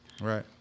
Right